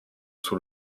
sous